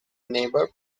neighbor